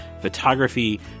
photography